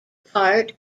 part